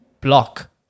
block